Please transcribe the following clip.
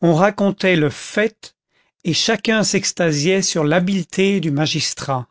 on racontait le fait et chacun s'extasiait sur l'habileté du magistrat